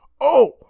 Oh